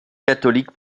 catholique